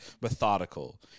methodical